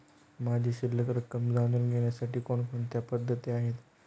माझी शिल्लक रक्कम जाणून घेण्यासाठी कोणकोणत्या पद्धती आहेत?